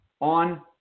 on